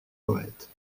poète